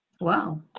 Wow